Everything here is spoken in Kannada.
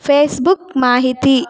ಫೇಸ್ಬುಕ್ ಮಾಹಿತಿ